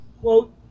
quote